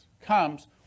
comes